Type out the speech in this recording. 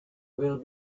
will